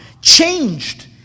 changed